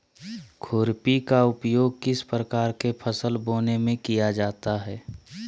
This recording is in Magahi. खुरपी का उपयोग किस प्रकार के फसल बोने में किया जाता है?